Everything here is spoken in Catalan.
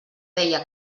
deia